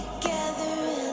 together